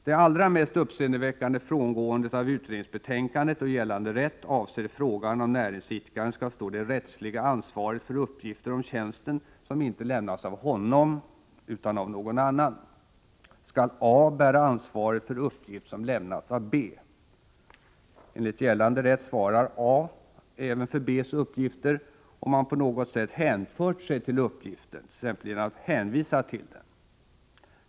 Det allra mest uppseendeväckande frångåendet av utredningsbetänkandet och gällande rätt avser frågan, om näringsidkaren skall stå det rättsliga ansvaret för uppgifter om tjänsten som inte lämnats av honom utan av någon annan. Skall A bära ansvaret för uppgift som lämnats av B? Enligt gällande rätt svarar A även för B:s uppgifter om han på något sätt hänfört sig till uppgiften, t.ex. genom att hänvisa till den.